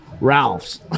Ralph's